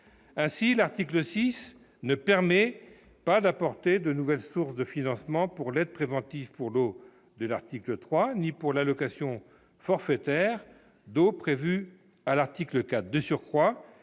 Ainsi, l'article 6 ne permet pas d'apporter de nouvelles sources de financement en faveur de l'aide préventive pour l'eau de l'article 3, ni pour l'allocation forfaitaire d'eau prévue à l'article 4.